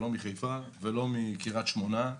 לא מחיפה ולא מקרית שמונה,